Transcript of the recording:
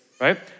right